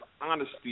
Honesty